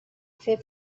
fer